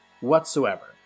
whatsoever